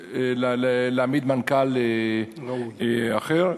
גם להעמיד מנכ"ל אחר.